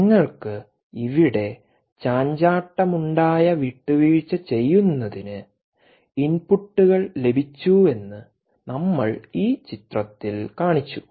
നിങ്ങൾക്ക് ഇവിടെ ചാഞ്ചാട്ടമുണ്ടായ വിട്ടുവീഴ്ച ചെയ്യുന്നതിന്ഇൻപുട്ട് ലഭിച്ചുവെന്ന്നമ്മൾ ഈ ചിത്രത്തിൽ നമ്മൾ കാണിച്ചു